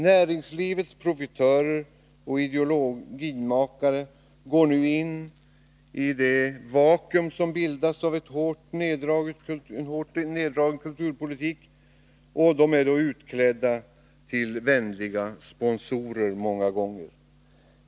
Näringslivets profitörer och ideologimakare går in i det vakuum som bildas vid en hårt neddragen kulturpolitik. De är då många gånger utklädda till vänliga sponsorer.